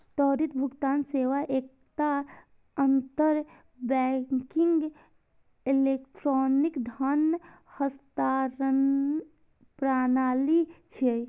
त्वरित भुगतान सेवा एकटा अंतर बैंकिंग इलेक्ट्रॉनिक धन हस्तांतरण प्रणाली छियै